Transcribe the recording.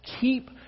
Keep